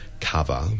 cover